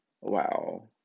wow